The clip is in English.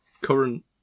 current